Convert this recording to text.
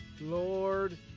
Lord